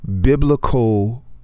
biblical